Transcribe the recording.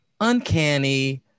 uncanny